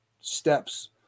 steps